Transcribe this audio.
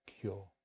cure